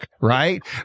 right